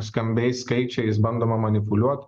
skambiais skaičiais bandoma manipuliuot